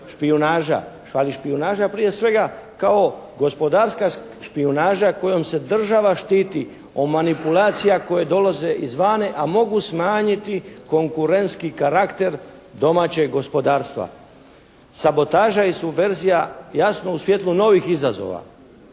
špijunaža, ali špijunaža prije svega kao gospodarska špijunaža kojom se država štiti od manipulacija koje dolaze izvana, a mogu smanjiti konkurentski karakter domaćeg gospodarstva. Sabotaža i subverzija jasno u svijetlu novih izazova,